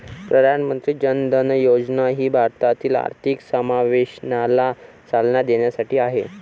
प्रधानमंत्री जन धन योजना ही भारतातील आर्थिक समावेशनाला चालना देण्यासाठी आहे